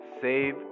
save